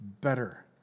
better